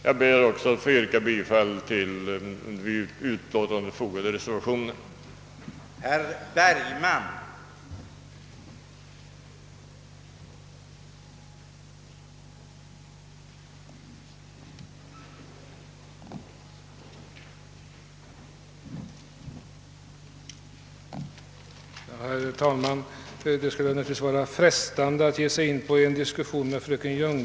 Jag ber att få yrka bifall till de vid utlåtandet fogade reservationerna 2 a och 2 b.